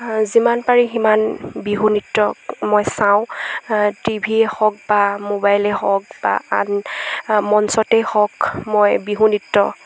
যিমান পাৰি সিমান বিহু নৃত্য মই চাওঁ টি ভিয়েই হওক বা মোবাইলে হওক বা আন মঞ্চতেই হওক মই বিহু নৃত্য